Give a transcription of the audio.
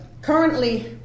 Currently